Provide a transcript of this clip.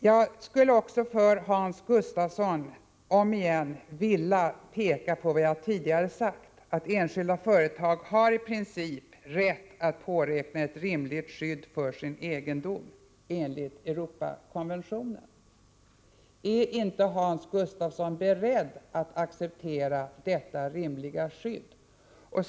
Jag skulle återigen vilja framhålla för Hans Gustafsson att enskilda företag enligt Europakonventionen i princip har rätt att påräkna ett rimligt skydd för sin egendom. Är inte Hans Gustafsson beredd att acceptera detta rimliga krav?